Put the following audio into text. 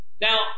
Now